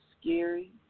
scary